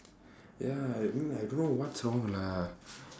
ya look I don't know what's wrong lah